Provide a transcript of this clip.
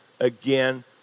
Again